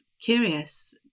curious